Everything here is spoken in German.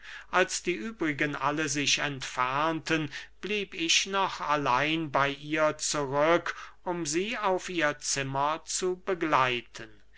als die übrigen alle sich entfernten blieb ich noch allein bey ihr zurück um sie auf ihr zimmer zu begleiten